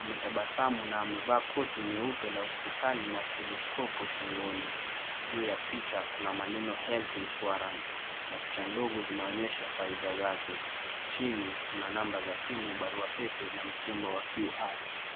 Ametabasamu na amevaa koti nyeupe la hospitali na stethoskopu shingoni. Juu ya picha kuna maneno Health Insurance na picha ndogo zinaonyesha faida zake. Chini kuna namba za simu, barua pepe na msimbo wa QR.